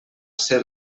ser